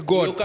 God